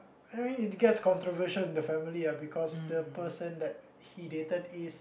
I mean it gets controversial in the family ah because the person that he dated is